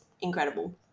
incredible